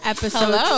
Episode